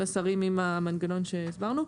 עם המנגנון שהסברנו,